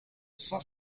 cent